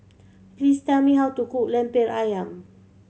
please tell me how to cook Lemper Ayam